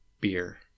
Beer